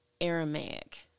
Aramaic